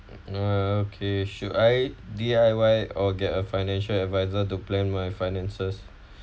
uh okay should I D_I_Y or get a financial advisor to plan my finances